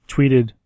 Tweeted